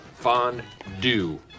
Fondue